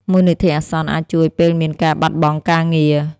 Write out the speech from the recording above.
មូលនិធិអាសន្នអាចជួយពេលមានការបាត់បង់ការងារ។